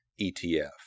ETF